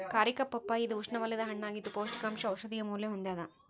ಕಾರಿಕಾ ಪಪ್ಪಾಯಿ ಇದು ಉಷ್ಣವಲಯದ ಹಣ್ಣಾಗಿದ್ದು ಪೌಷ್ಟಿಕಾಂಶ ಔಷಧೀಯ ಮೌಲ್ಯ ಹೊಂದ್ಯಾದ